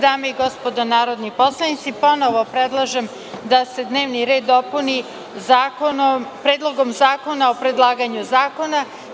Dame i gospodo narodni poslanici, ponovo predlažem da se dnevni red dopuni Predlogom zakona o predlaganju zakona.